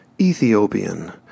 Ethiopian